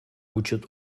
учит